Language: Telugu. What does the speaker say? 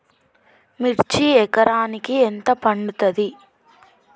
మిర్చి ఎకరానికి ఎంత పండుతది?